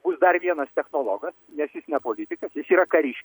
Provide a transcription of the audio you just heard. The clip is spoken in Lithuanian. bus dar vienas technologas nes jis ne politikas jis yra kariš